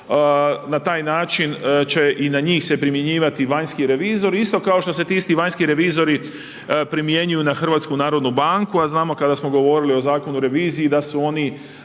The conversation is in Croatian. na taj način će i na njih se primjenjivati i vanjski revizor, isto kao što se ti isti vanjski revizori primjenjuju na HNB, a znamo kada smo govorilo o Zakonu u reviziji, da su oni